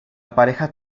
pareja